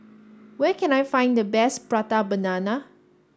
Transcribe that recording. where can I find the best Prata Banana